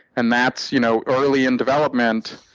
and that's you know early in development,